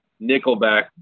Nickelback